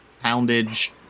poundage